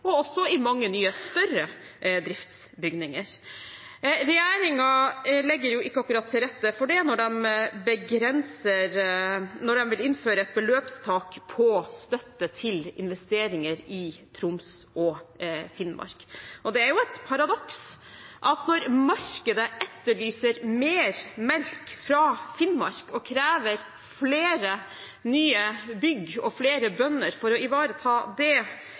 og også i mange nye, større driftsbygninger. Regjeringen legger jo ikke akkurat til rette for det når de vil innføre et beløpstak på støtte til investeringer i Troms og Finnmark. Og det er jo et paradoks at når markedet etterlyser mer melk fra Finnmark og krever flere nye bygg og flere bønder for å ivareta det kravet, så vil ikke regjeringen legge til rette for det. Her trengs det